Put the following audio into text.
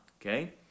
okay